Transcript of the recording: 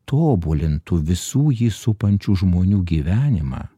tobulintų visų jį supančių žmonių gyvenimą